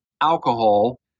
alcohol